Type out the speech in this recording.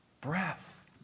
breath